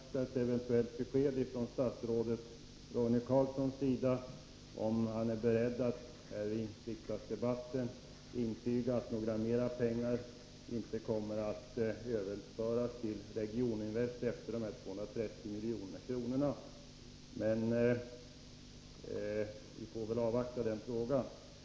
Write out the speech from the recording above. Herr talman! Helst skulle jag vilja ha ett besked från statsrådet Roine Carlsson, om han är beredd att här i riksdagen intyga att inga mera pengar kommer att överföras till Regioninvest efter dessa 230 milj.kr. Men vi får väl avvakta när det gäller den frågan.